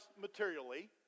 materially